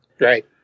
Right